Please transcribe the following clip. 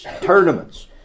tournaments